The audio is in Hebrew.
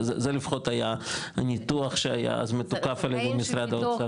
זה לפחות היה הניתוח שהיה אז מתוקף על ידי משרד האוצר.